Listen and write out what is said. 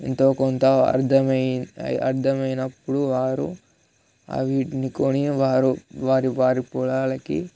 ఎంతో కొంత అర్థమయి అర్థం అయినప్పుడు వారు అవీటిని కొనేవారు వారి వారి పొలాలకి